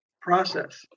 process